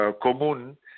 común